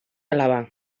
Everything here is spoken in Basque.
alaba